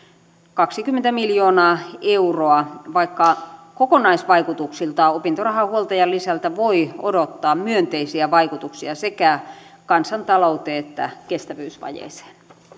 kaksikymmentä miljoonaa euroa vaikka kokonaisvaikutuksiltaan opintorahan huoltajalisältä voi odottaa myönteisiä vaikutuksia sekä kansantalouteen että kestävyysvajeeseen